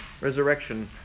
resurrection